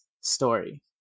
story